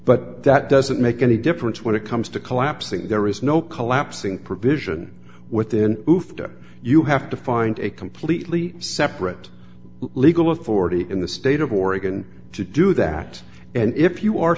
but that doesn't make any difference when it comes to collapsing there is no collapsing provision within hoofed it you have to find a completely separate legal authority in the state of oregon to do that and if you are